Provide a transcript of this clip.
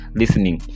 listening